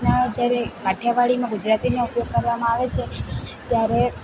રીતના જ્યારે કાઠિયાવાડીમાં ગુજરાતીનો ઉપયોગ કરવામાં આવે છે ત્યારે